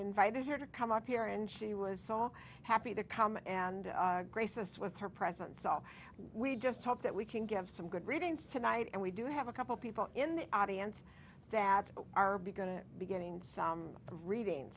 invited her to come up here and she was so happy that come and grace us with her presence so we just hope that we can give some good readings tonight and we do have a couple people in the audience that are be going to be getting some reading